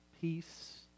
peace